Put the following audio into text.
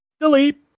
delete